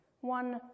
one